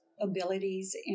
abilities